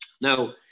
Now